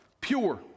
pure